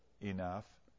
enough